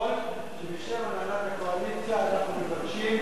בפרוטוקול שבשם הנהלת הקואליציה אנחנו מבקשים,